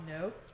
Nope